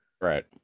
right